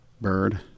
bird